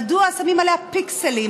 מדוע שמים עליה פיקסלים,